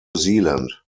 zealand